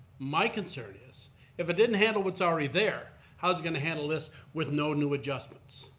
my concern is if it didn't handle what's already there, how's it going to handle this with no new adjustments?